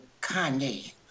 Kanye